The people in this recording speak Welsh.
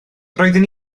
roedden